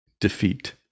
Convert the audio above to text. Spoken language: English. defeat